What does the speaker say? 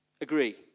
Agree